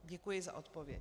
Děkuji za odpověď.